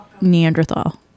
Neanderthal